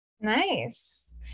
Nice